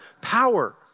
power